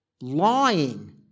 Lying